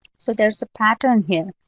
so there is a pattern here.